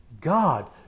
God